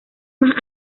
más